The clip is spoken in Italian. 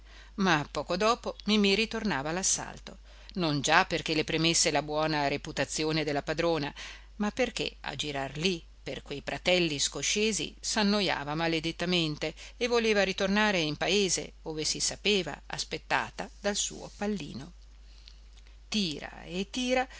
ma poco dopo mimì ritornava all'assalto non già perché le premesse la buona reputazione della padrona ma perché a girar lì per quei pratelli scoscesi s'annojava maledettamente e voleva ritornare in paese ove si sapeva aspettata dal suo pallino tira e tira